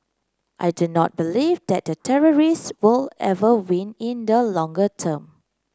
I do not believe that the terrorists will ever win in the longer term